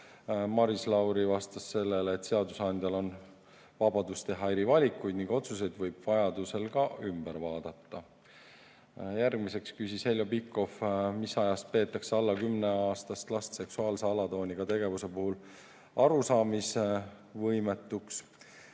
Maris Lauri vastas sellele, et seadusandjal on vabadus teha eri valikuid ning otsuseid võib vajaduse korral ka ümber vaadata. Järgmiseks küsis Heljo Pikhof, mis ajast peetakse alla kümneaastast last seksuaalse alatooniga tegevuse puhul arusaamisvõimetuks